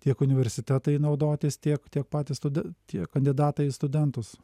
tiek universitetai naudotis tiek tiek patys stude tie kandidatai į studentus